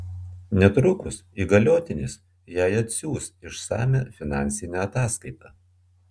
netrukus įgaliotinis jai atsiųs išsamią finansinę ataskaitą